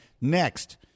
Next